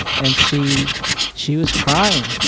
and she she was crying.